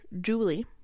Julie